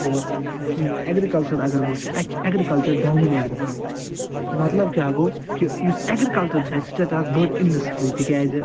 گوٚو یِم ایٚگریٖکَلچَر اَگر بہٕ وُچھہٕ اَتہِ چھِ ایٚگریٖکلچَر ڈامنیٹ گژھان مطلب کیٛاہ گوٚو کہ یُس ایٚگریٖکَلچَر چھُ اسہِ سُہ چھُ اسہِ اَکھ بٔڑ اِنڈَسٹرٛی تِکیٛازِ